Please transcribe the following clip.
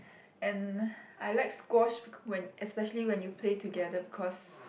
and I like squash beca~ when especially when you play together because